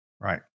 Right